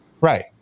Right